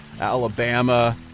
Alabama